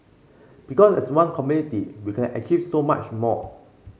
because as one community we can achieve so much more